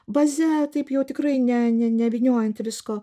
baze taip jau tikrai ne ne nevyniojant visko